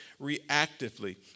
reactively